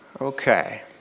Okay